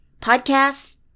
Podcasts